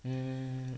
mm